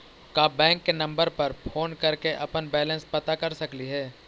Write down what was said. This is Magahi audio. का बैंक के नंबर पर फोन कर के अपन बैलेंस पता कर सकली हे?